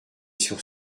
sur